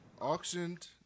Auctioned